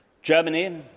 Germany